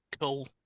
Cool